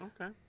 okay